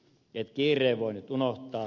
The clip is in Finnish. kiireen voi nyt unohtaa